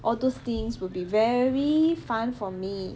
all those things will be very fun for me